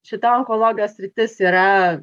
šita onkologijos sritis yra